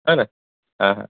હને હા હા